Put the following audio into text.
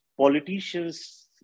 politicians